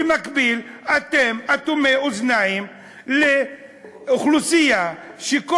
ובמקביל אתם אטומי אוזניים לאוכלוסייה שכל